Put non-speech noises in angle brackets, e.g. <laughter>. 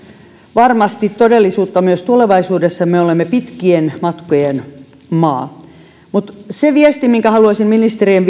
varmasti todellisuutta myös tulevaisuudessa me olemme pit kien matkojen maa mutta se viesti minkä haluaisin ministerien <unintelligible>